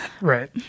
Right